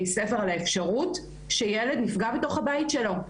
הספר על האפשרות שילד נפגע בתוך הבית שלו,